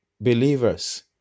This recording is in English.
believers